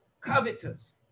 covetous